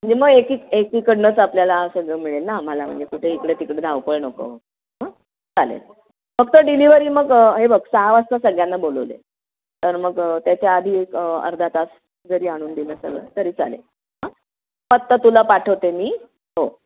म्हणजे मग एक एकीकडूनच आपल्याला सगळं मिळेल ना आम्हाला म्हणजे कुठे इकडे तिकडे धावपळ नको हं चालेल फक्त डिलिवरी मग हे बघ सहा वाजता सगळ्यांना बोलवले आहे तर मग त्याच्या आधी एक अर्धा तास जरी आणून दिलं सगळं तरी चालेल हं फक्त तुला पाठवते मी हो